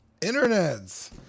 internets